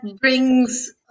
brings